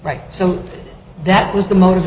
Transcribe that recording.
right so that was the motive